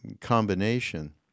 combination